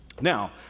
Now